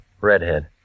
Redhead